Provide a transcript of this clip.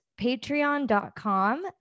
patreon.com